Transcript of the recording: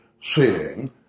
seeing